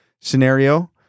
scenario